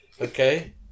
okay